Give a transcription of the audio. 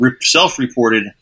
self-reported